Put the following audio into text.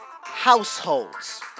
households